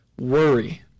worry